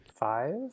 Five